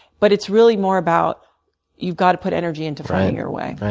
but it's really more about you've got to put energy into finding your way.